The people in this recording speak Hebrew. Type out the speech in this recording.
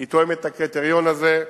היא תואמת את הקריטריון הזה.